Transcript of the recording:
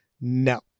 no